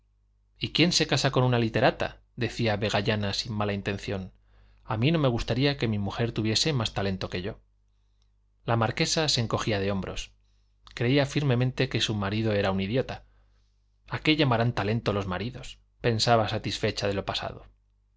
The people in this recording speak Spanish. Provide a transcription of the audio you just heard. y quién se casa con una literata decía vegallana sin mala intención a mí no me gustaría que mi mujer tuviese más talento que yo la marquesa se encogía de hombros creía firmemente que su marido era un idiota a qué llamarán talento los maridos pensaba satisfecha de lo pasado